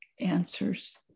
answers